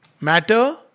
matter